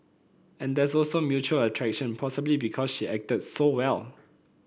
and there was also mutual attraction possibly because she acted so well